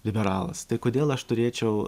liberalas tai kodėl aš turėčiau